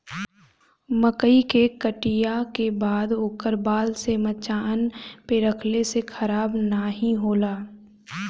मकई के कटिया के बाद ओकर बाल के मचान पे रखले से खराब नाहीं होला